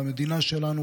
על המדינה שלנו,